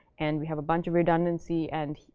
and we have a bunch of redundancy and,